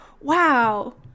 wow